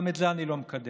גם את זה אני לא מקבל.